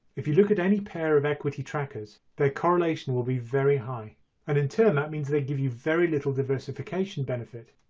if you look at any pair of equity trackers their correlation will be very high and in turn that means they give you very little diversification benefit